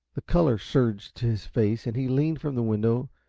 the color surged to his face, and he leaned from the window,